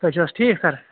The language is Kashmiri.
تُہۍ چھُو حظ ٹھیٖک سَر